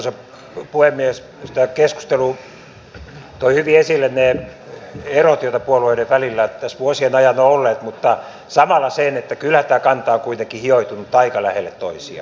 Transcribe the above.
minusta tämä keskustelu toi hyvin esille ne erot joita puolueiden välillä tässä vuosien ajan on ollut mutta samalla sen että kyllä nämä kannat ovat kuitenkin hioutuneet aika lähelle toisiaan